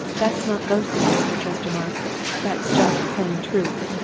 that's not boasting, mr. chestermarke that's just plain truth.